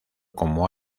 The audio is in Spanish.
como